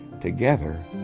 Together